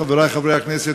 חברי חברי הכנסת,